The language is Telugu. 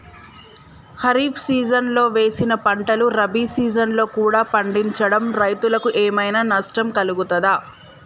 ఖరీఫ్ సీజన్లో వేసిన పంటలు రబీ సీజన్లో కూడా పండించడం రైతులకు ఏమైనా నష్టం కలుగుతదా?